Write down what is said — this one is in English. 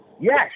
Yes